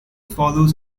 follows